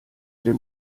dem